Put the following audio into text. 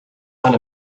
fan